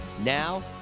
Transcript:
Now